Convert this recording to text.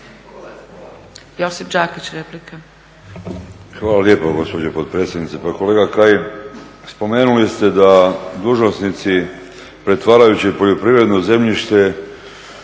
Josip Đakić, replika.